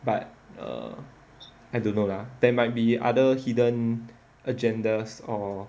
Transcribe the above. but err I don't know lah there might be other hidden agendas or